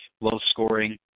low-scoring